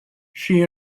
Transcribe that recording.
she